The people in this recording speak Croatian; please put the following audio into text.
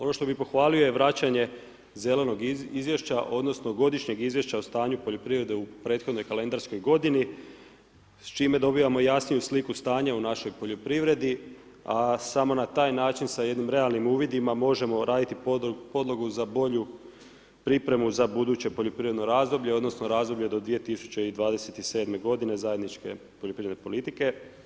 Ono što bih pohvalio je vraćanje zelenog izvješća odnosno godišnjeg izvješća o stanju poljoprivrede u prethodnoj kalendarskoj godini s čime dobivamo jasniju sliku stanja u našoj poljoprivredi a samo na taj način sa jednim realnim uvidima možemo raditi podlogu za bolju pripremu za buduće poljoprivredno razdoblje odnosno razdoblje do 2027. g., zajedničke poljoprivredne politike.